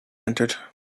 entered